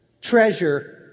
treasure